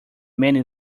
many